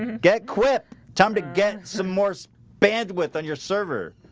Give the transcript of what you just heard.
get quit time to get some more bandwidth on your server